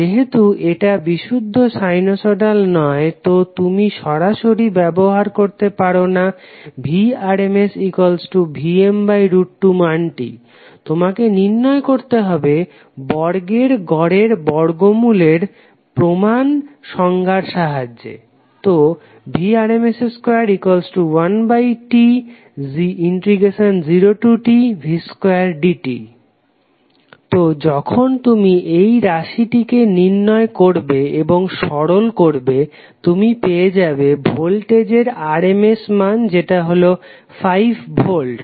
যেহেতু এটা বিশুদ্ধ সাইনোসইডাল নয় তো তুমি সরাসরি ব্যবহার করতে পারো না vrmsVm2 মানটি তোমাকে নির্ণয় করতে হবে বর্গের গড়ের বর্গমূলের প্রমান সংজ্ঞার সাহায্যে তো Vrms21T0Tv2dt তো যখন তুমি এই রাশিটিকে নির্ণয় করবে এবং সরল করবে তুমি পেয়ে যাবে ভোল্টেজের RMS মান যেটা হলো 5 ভোল্ট